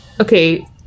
okay